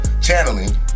Channeling